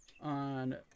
on